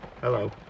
Hello